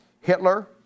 Hitler